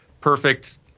perfect